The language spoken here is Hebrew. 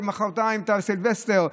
ומוחרתיים את הסילבסטר.